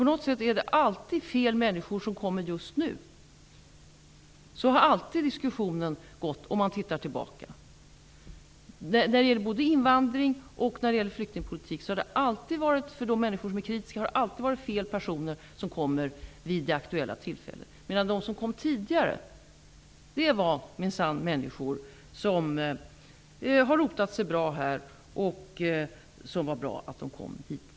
På något sätt är det alltid fel människor som kommer just nu -- så har alltid diskussionen gått. Det ser man om man tittar tillbaka. När det gäller både invandring och flyktingpolitik har det alltid, för de människor som är kritiska, varit fel personer som kommit vid det aktuella tillfället. De som kom tidigare var däremot människor som har rotat sig bra här och som det var bra att få hit.